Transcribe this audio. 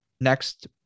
next